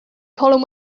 colin